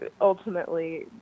ultimately